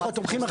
אנחנו תומכים.